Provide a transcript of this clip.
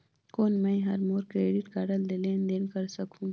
कौन मैं ह मोर क्रेडिट कारड ले लेनदेन कर सकहुं?